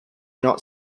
not